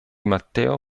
matteo